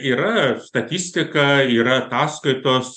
yra statistika yra ataskaitos